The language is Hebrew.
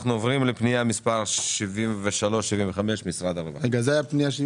אנחנו עוברים לפניות מספר 73 75: משרד הרווחה.